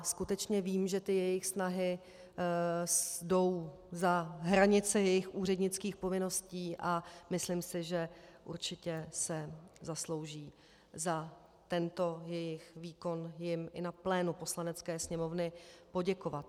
Skutečně vím, že jejich snahy jdou za hranice jejich úřednických povinností, a myslím si, že určitě se zaslouží za tento jejich výkon jim i na plénu Poslanecké sněmovny poděkovat.